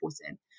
important